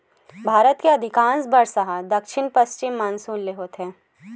भारत के अधिकांस बरसा ह दक्छिन पस्चिम मानसून ले होथे